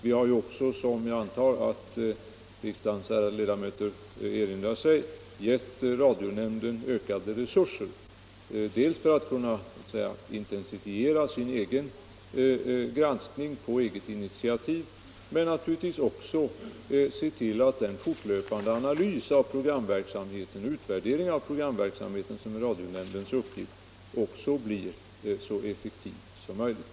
Vi har också — som jag antar att riksdagens ärade ledamöter erinrar sig — gett radionämnden ökade resurser för att kunna intensifiera sin egen granskning på eget initiativ men naturligtvis också för att se till att den fortlöpande analys och utvärdering av programverksamheten som är radionämndens uppgift blir så effektiv som möjligt.